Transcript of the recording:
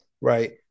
right